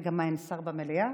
רגע, אין שר במליאה?